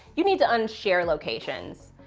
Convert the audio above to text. you need to un-share locations.